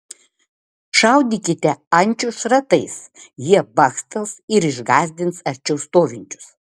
šaudykite ančių šratais jie bakstels ir išgąsdins arčiau stovinčius